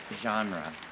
genre